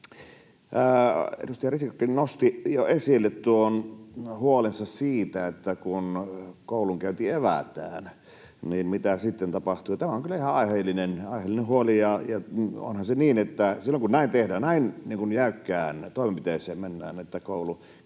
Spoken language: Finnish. edustaja Risikkokin nosti jo esille huolensa siitä, että kun koulunkäynti evätään, niin mitä sitten tapahtuu. Ja tämä on kyllä ihan aiheellinen huoli. Onhan se niin, että silloin, kun näin tehdään — näin jäykkään toimenpiteeseen mennään, että koulunkäynti